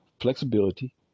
flexibility